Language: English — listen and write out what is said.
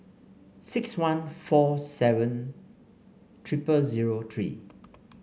six one four seven triple zero three